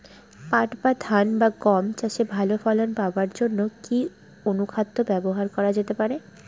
পাট বা ধান বা গম চাষে ভালো ফলন পাবার জন কি অনুখাদ্য ব্যবহার করা যেতে পারে?